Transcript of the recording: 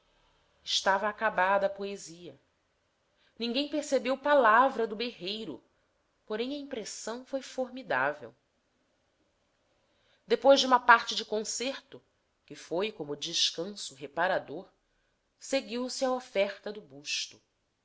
estava acabada a poesia ninguém percebeu palavra do berreiro porém a impressão foi formidável depois de uma parte de concerto que foi como descanso reparador seguiu-se a oferta do basto